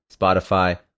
Spotify